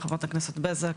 חברת הכנסת בזק,